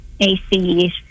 ACs